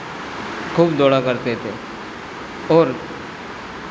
खूब दौड़ा करते थे और